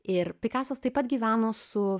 ir pikasas taip pat gyveno su